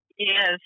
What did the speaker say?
Yes